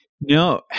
No